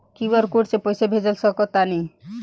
QR code से पईसा भेज सक तानी का?